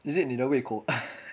is it 你的胃口 ha